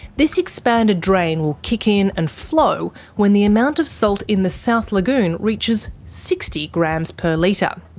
this expanded drain will kick in and flow when the amount of salt in the south lagoon reaches sixty grams per litre.